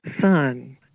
son